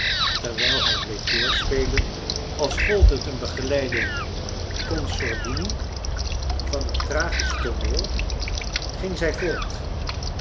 terwijl hij bleef doorspelen als gold het een begeleiding con sordini van een tragisch tooneel ging zij voort